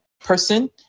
person